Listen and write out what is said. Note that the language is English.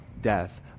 death